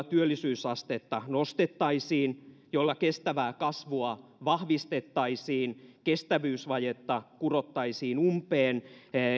työllisyysastetta nostettaisiin jolla kestävää kasvua vahvistettaisiin kestävyysvajetta kurottaisiin umpeen